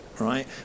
Right